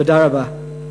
תודה רבה.